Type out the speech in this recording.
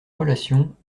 relations